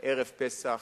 ערב פסח,